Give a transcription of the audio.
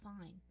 fine